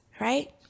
Right